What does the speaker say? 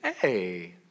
hey